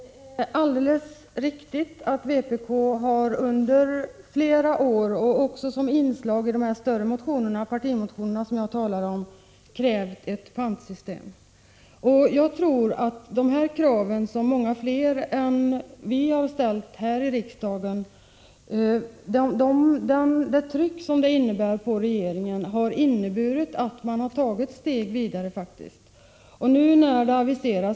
Herr talman! Det är alldeles riktigt att vpk under flera år — även som inslag i de större motionerna, partimotionerna, som jag talade om — har krävt ett pantsystem. Jag tror att det tryck på regeringen som dessa krav innebär — krav som många fler än vi ställt här i riksdagen — har inneburit att man faktiskt har tagit ytterligare steg.